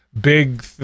big